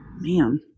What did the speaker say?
man